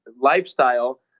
lifestyle